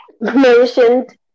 mentioned